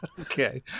Okay